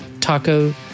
taco